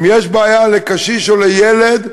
אם יש בעיה לקשיש או לילד,